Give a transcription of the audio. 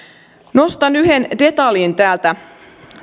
nostan yhden detaljin täältä